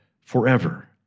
forever